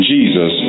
Jesus